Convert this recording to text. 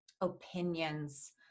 opinions